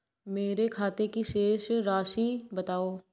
मेरे खाते की शेष राशि बताओ?